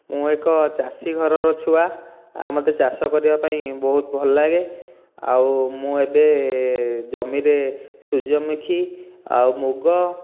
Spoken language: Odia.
ମୁଁ ଏକ ଚାଷୀ ଘରର ଛୁଆ ମୋତେ ଚାଷ କରିବା ପାଇଁ ବହୁତ ଭଲ ଲାଗେ ମୁ ଏବେ ଜମିରେ ସୁର୍ଯ୍ୟମୁଖୀ ଆଉ ମୁଗ